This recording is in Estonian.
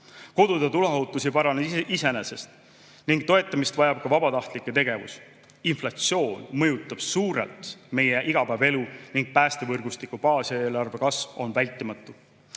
Kodude tuleohutus ei parane iseenesest ning toetamist vajab ka vabatahtlike tegevus. Inflatsioon mõjutab suurelt meie igapäevaelu ning päästevõrgustiku baaseelarve kasv on vältimatu.